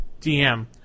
DM